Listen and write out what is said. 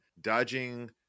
dodging